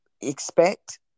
expect